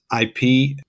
IP